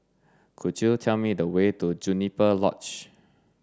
could you tell me the way to Juniper Lodge